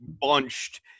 bunched